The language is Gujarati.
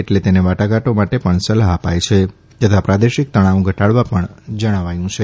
એટલે તેને વાટાઘાટો માટે જ સલાહ અપાય છે તથા પ્રાદેશિક તણાવ ઘટાડવા પણ જણાવ્યું છે